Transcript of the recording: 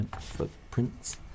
footprints